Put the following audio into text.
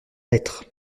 lettre